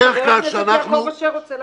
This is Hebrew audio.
חבר הכנסת יעקב אשר רוצה להגיד משהו.